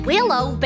Willow